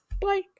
Bye